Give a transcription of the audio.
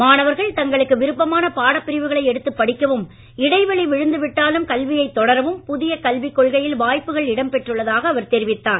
மாணவர்கள் தங்களுக்கு விருப்பமான பாடப் பிரிவுகளை எடுத்து படிக்கவும் இடைவெளி விழுந்து விட்டாலும் கல்வியை தொடரவும் புதிய கல்விக் கொள்கையில் வாய்ப்புகள் இடம் பெற்றுள்ளதாக அவர் தெரிவித்தார்